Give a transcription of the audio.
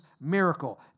miracle